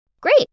Great